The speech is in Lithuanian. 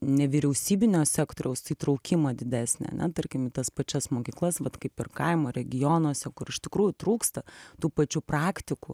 nevyriausybinio sektoriaus įtraukimą didesnį ane tarkim į tas pačias mokyklas vat kaip ir kaimo regionuose kur iš tikrųjų trūksta tų pačių praktikų